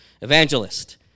evangelist